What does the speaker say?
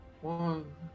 One